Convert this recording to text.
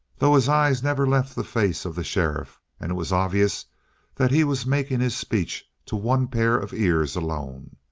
though his eyes never left the face of the sheriff, and it was obvious that he was making his speech to one pair of ears alone.